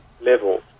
level